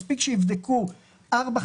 מספיק שיבדקו ארבע,